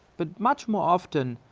but much more often,